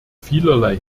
vielerlei